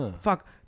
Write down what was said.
Fuck